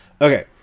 Okay